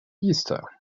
easter